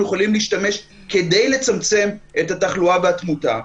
יכולים להשתמש כדי לצמצם את התחלואה והתמותה.